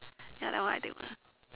ya that one I take